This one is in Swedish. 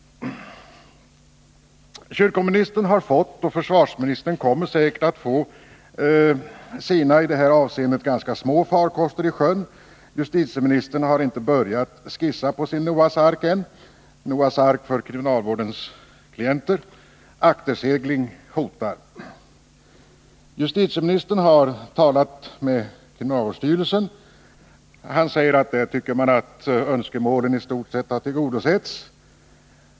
Kyrkoministern har fått och försvarsministern kommer säkert att få sina i det här avseendet ganska små farkoster i sjön. Justitieministern har ännu inte börjat skissa på sin Noas ark för kriminalvårdens klienter. Aktersegling hotar. Justitieministern har talat med kriminalvårdsstyrelsen. Han säger att man där tycker att önskemålen i stort sett har tillgodosetts.